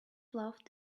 laughed